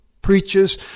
Preaches